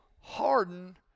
harden